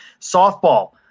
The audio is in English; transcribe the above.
Softball